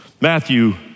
Matthew